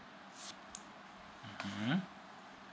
mmhmm